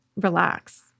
relax